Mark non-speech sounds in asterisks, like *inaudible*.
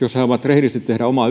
haluavat rehdisti tehdä omaa *unintelligible*